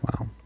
Wow